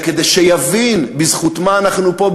אלא כדי שיבין בזכות מה אנחנו פה,